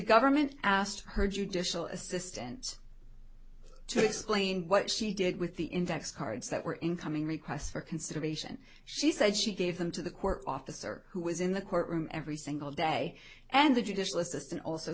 government asked her judicial assistant to explain what she did with the index cards that were incoming requests for consideration she said she gave them to the court officer who was in the courtroom every single day and the judicial assistant also